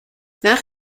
nach